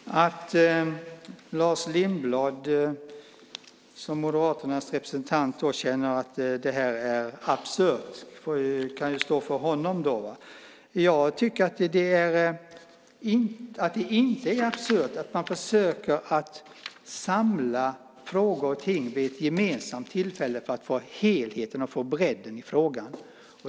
Herr talman! Att Lars Lindblad som Moderaternas representant känner att detta är absurt får stå för honom. Jag tycker inte att det är absurt att man försöker samla ihop frågor och behandla dem vid ett gemensamt tillfälle för att få helheten och bredden i frågan.